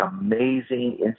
amazing